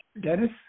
Dennis